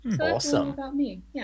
Awesome